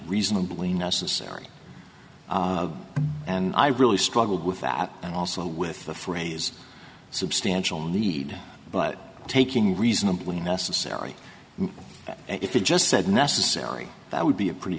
reasonably necessary and i really struggled with that and also with the phrase substantial need but taking reasonably necessary if you just said necessary that would be a pretty